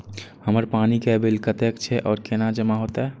हमर पानी के बिल कतेक छे और केना जमा होते?